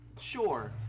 sure